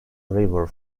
river